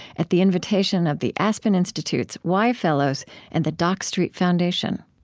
at the invitation of the aspen institute's wye fellows and the dock street foundation